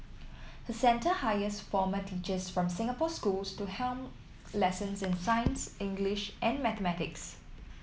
her centre hires former teachers from Singapore schools to helm lessons in science English and mathematics